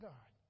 God